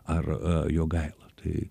ar jogaila tai